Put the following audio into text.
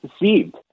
deceived